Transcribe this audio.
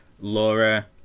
Laura